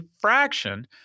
fraction